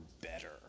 better